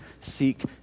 seek